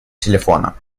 телефона